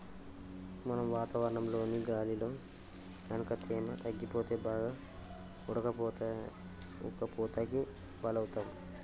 మనం వాతావరణంలోని గాలిలో గనుక తేమ తగ్గిపోతే బాగా ఉడకపోతకి బలౌతాం